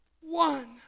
one